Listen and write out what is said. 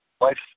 life